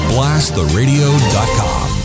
BlastTheRadio.com